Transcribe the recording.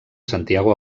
santiago